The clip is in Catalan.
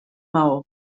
maó